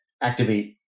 activate